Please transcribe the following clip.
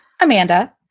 Amanda